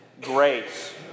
grace